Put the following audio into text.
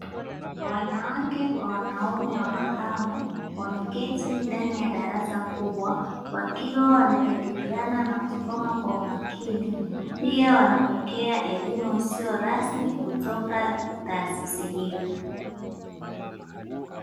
Wanawake kwa wanaume wa makamo wameketi ndani ya darasa kubwa wakiwa wanajadiliana na kusoma kwa umakini pia wanapokea elimu isiyo rasmi kutoka taasisi hiyo.